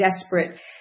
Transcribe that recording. Desperate